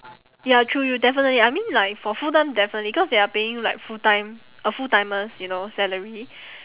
ya true you'll definitely I mean like for full time definitely cause they're paying you like full time a full timer's you know salary